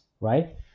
right